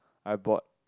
I bought